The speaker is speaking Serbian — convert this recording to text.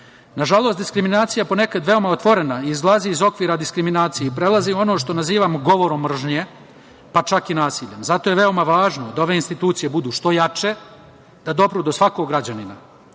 organa. Nažalost, diskriminacija je ponekad veoma otvorena i izlazi iz okvira diskriminacije i prelazi u ono što nazivamo govorom mržnje, pa čak i nasiljem. Zato je veoma važno da ove institucije budu što jače, da dopru do svakog građanina.U